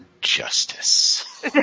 Justice